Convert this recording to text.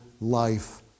life